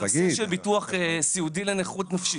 בנושא של ביטוח סיעודי לנכות נפשית?